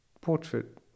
portrait